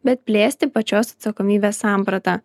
bet plėsti pačios atsakomybės sampratą